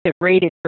rated